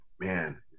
man